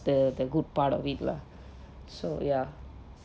the the good part of it lah so ya